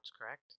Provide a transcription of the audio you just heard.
correct